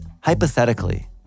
hypothetically